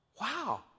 wow